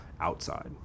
outside